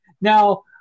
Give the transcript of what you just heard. Now